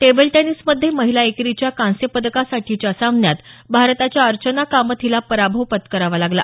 table टेनिसमध्ये महिला एकेरीच्या कांस्य पदकासाठीच्या सामन्यात भारताच्या अर्चना कामत हीला पराभव पत्करावा लागला